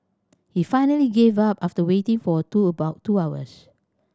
he finally gave up after waiting for two about two hours